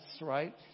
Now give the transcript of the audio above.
right